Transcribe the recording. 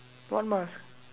what mask